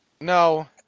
No